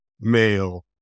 male